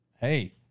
hey